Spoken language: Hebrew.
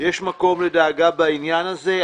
ויש מקום לדאגה בעניין הזה.